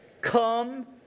come